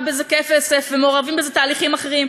בזה כסף ומעורבים בזה תהליכים אחרים,